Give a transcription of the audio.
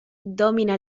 domina